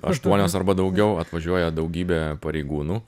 aštuonios arba daugiau atvažiuoja daugybė pareigūnų